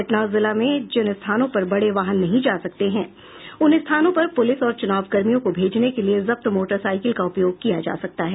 पटना जिला में जिन स्थानों पर बड़े वाहन नहीं जा सकते हैं उन स्थानों पर पुलिस और चुनाव कर्मियों को भेजने के लिये जब्त मोटरसाइकिल का उपयोग किया जा सकता है